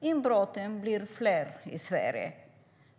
Inbrotten blir fler i Sverige.